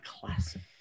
classic